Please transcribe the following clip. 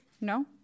No